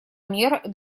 мер